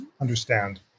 understand